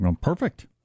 Perfect